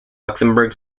luxembourg